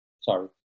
sorry